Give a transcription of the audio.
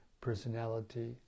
personality